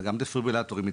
ודפיברילטורים מתקדמים,